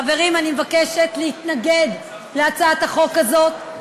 חברים, אני מבקשת להתנגד להצעת החוק הזאת,